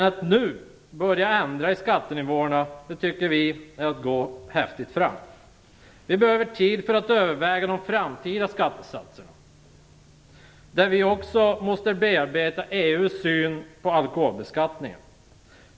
Att nu börja ändra i skattenivåerna tycker vi är att gå för häftigt fram. Vi behöver tid för att överväga de framtida skattesatserna, där vi också måste bearbeta EU:s syn på alkoholbeskattningen.